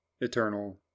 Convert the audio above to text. eternal